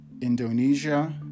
Indonesia